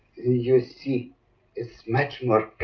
you see it's much more